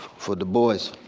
for du bois